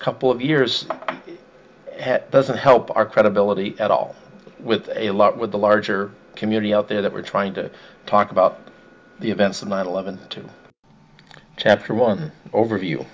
couple of years doesn't help our credibility at all with a lot with the larger community out there that we're trying to talk about the events of nine eleven to chapter one overview